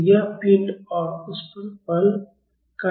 तो यह पिंड और उस पर बल कार्य कर रहा हैं